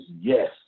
yes